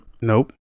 Nope